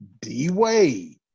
D-Wade